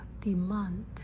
demand